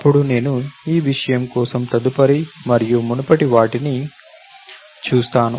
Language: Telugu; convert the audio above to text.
అప్పుడు నేను ఆ విషయం కోసం తదుపరి మరియు మునుపటి వాటిని చూస్తాను